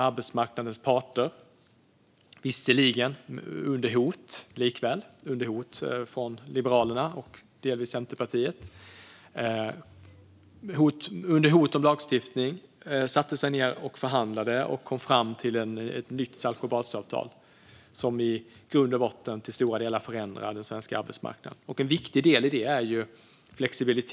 Arbetsmarknadens parter satte sig ned och förhandlade - visserligen under hot från Liberalerna och delvis Centerpartiet om lagstiftning - och kom fram till ett nytt Saltsjöbadsavtal, som i grund och botten till stora delar förändrar den svenska arbetsmarknaden. En viktig del i detta är flexibilitet.